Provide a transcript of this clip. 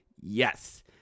Yes